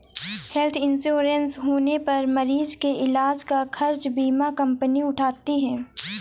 health insurance होने पर मरीज के इलाज का खर्च बीमा कंपनी उठाती है